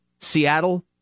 Seattle